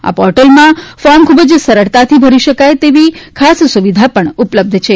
આ પોર્ટલમાં ફોર્મ ખૂબ જ સરળતાથી ભરી શકાય તેવી ખાસ સુવિધા પણ ઉપલબ્ધ છે